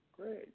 great